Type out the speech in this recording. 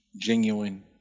genuine